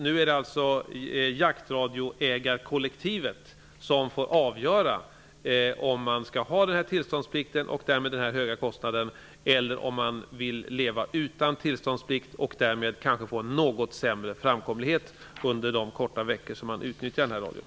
Nu är det alltså jaktradioägarkollektivet som får avgöra om man skall ha en radio med tillståndsplikt och därmed denna höga kostnad, eller om man vill ha en radio utan tillståndsplikt och därmed kanske få en något sämre framkomlighet under de korta veckor som man utnyttjar den.